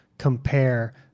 compare